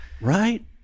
Right